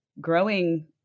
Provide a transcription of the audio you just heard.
growing